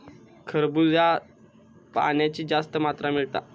खरबूज्यात पाण्याची जास्त मात्रा मिळता